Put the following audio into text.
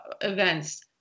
events